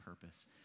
purpose